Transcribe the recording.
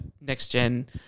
next-gen